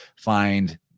find